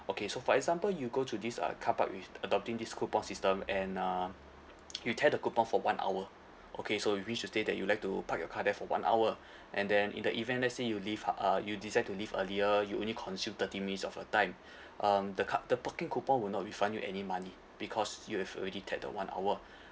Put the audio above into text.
okay so for example you go to this uh car park with adopting this coupon system and uh you tear the coupon for one hour okay so you wish to state that you'd like to park your car there for one hour and then in the event let's say you leave uh uh you decide to leave earlier you only consume thirty minutes of your time um the ca~ the parking coupon will not refund you any money because you've already tear the one hour